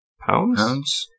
Pounds